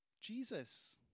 Jesus